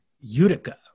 Utica